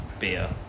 beer